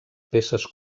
peces